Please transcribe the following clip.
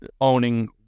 owning